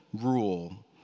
rule